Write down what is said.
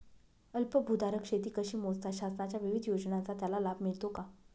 अल्पभूधारक शेती कशी मोजतात? शासनाच्या विविध योजनांचा त्याला लाभ मिळतो का?